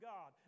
God